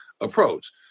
approach